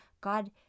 God